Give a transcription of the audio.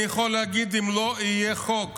אני יכול להגיד שאם לא יהיה חוק